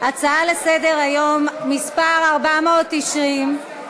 הצעה לסדר-היום מס' 490,